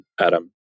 Adam